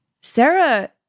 Sarah